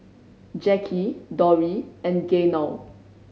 Jacky Dori and Gaynell